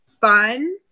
fun